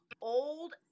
old